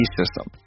system